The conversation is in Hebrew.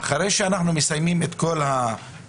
הם לא מקבלים שכר של כמה חודשים,